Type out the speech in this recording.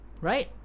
right